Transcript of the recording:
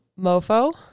Mofo